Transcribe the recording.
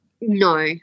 No